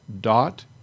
dot